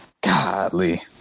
Godly